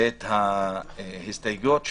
את הסתייגויות שלנו,